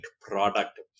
product